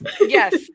Yes